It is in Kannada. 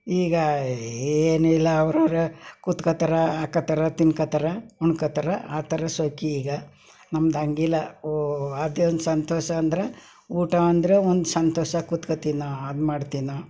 ಈಗ ಏನೂ ಇಲ್ಲ ಅವರವ್ರೆ ಕೂತ್ಕೊಳ್ತಾರೆ ಹಾಕೊಳ್ತಾರೆ ತಿಂದ್ಕೊಳ್ತಾರೆ ಉಳ್ಕೊಳ್ತಾರೆ ಆ ಥರ ಶೋಕಿ ಈಗ ನಮ್ದು ಹಂಗಿಲ್ಲ ಓ ಅದೇನು ಸಂತೋಷ ಅಂದರೆ ಊಟ ಅಂದರೆ ಒಂದು ಸಂತೋಷ ಕೂತ್ಕೊಳ್ತೀವಿ ನಾವು ಹಾಗೆ ಮಾಡ್ತೀವಿ ನಾವು